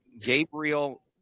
Gabriel